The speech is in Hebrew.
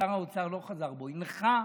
שר האוצר לא חזר בו, הוא הנחה